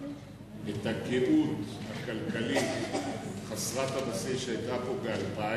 את הגאות הכלכלית חסרת הבסיס שהיתה פה ב-2000,